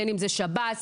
שב"ס,